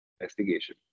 investigation